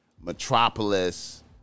metropolis